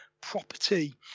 property